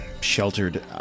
sheltered